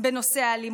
בנושא האלימות,